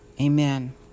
Amen